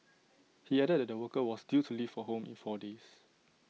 he added that the worker was due to leave for home in four days